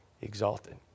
exalted